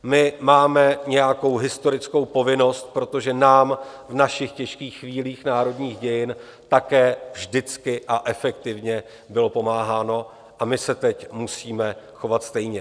My máme nějakou historickou povinnost, protože nám v našich těžkých chvílích národních dějin bylo také vždycky a efektivně pomáháno, a my se teď musíme chovat stejně.